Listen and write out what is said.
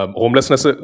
homelessness